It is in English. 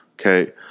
okay